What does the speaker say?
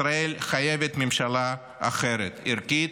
ישראל חייבת ממשלה אחרת, ערכית,